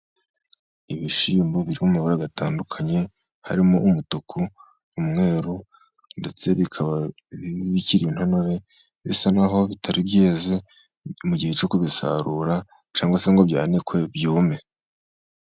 Ibishyimbo biri mu mabara atandukanye harimo umutuku, umweru, ndetse bikaba bikiri intonore, bisa n'aho bitari byeze mu gihe cyo kubisarura, cyangwa se ngo byanikwe byume.